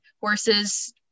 horses